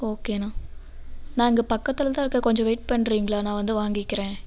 ஓகேண்ணா நான் இங்கே பக்கத்தில் தான் இருக்கேன் கொஞ்சம் வெயிட் பண்ணுறிங்களா நான் வந்து வாங்கிக்கிறேன்